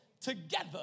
together